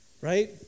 Right